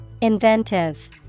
Inventive